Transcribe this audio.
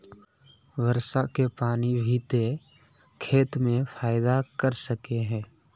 वर्षा के पानी भी ते खेत में फायदा कर सके है?